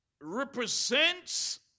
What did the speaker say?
represents